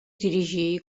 dirigir